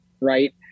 right